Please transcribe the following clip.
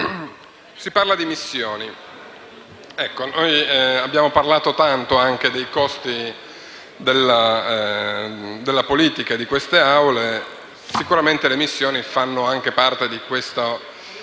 G9 parla di missioni. Abbiamo parlato tanto dei costi della politica e di queste Aule e sicuramente le missioni fanno parte di questo